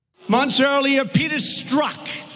months earlier, peter strzok.